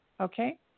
Okay